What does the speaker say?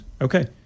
Okay